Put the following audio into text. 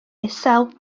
isel